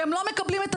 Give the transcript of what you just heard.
והם לא מקבלים אותו